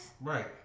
Right